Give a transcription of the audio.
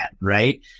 right